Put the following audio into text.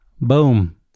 Boom